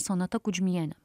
sonata kudžmienė